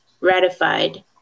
ratified